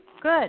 Good